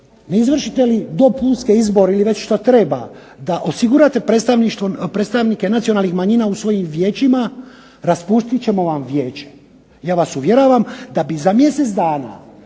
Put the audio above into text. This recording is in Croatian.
ne izvršite li dopunske izbore ili već šta treba da osigurate predstavnike nacionalnih manjina u svojim vijećima raspustit ćemo vam vijeće, ja vas uvjeravam da bi za mjesec dana